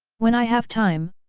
when i have time,